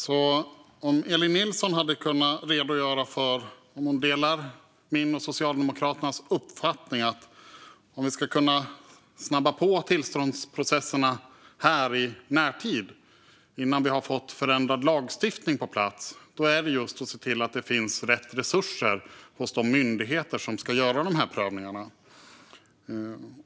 Delar Elin Nilsson min och Socialdemokraternas uppfattning att om vi ska kunna snabba på tillståndsprocesserna i närtid, innan vi har fått förändrad lagstiftning på plats, handlar det om att se till att det finns rätt resurser hos de myndigheter som ska göra prövningarna?